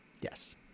Yes